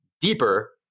deeper